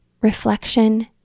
reflection